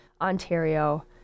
ontario